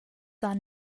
han